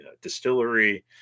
distillery